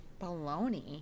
baloney